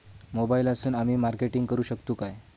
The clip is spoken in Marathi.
मोबाईलातसून आमी मार्केटिंग करूक शकतू काय?